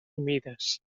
humides